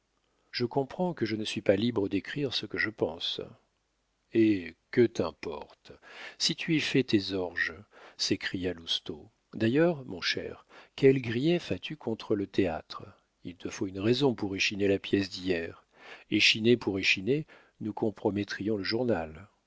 je comprends que je ne suis pas libre d'écrire ce que je pense eh que t'importe si tu y fais tes orges s'écria lousteau d'ailleurs mon cher quel grief as-tu contre le théâtre il te faut une raison pour échiner la pièce d'hier échiner pour échiner nous compromettrions le journal